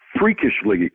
freakishly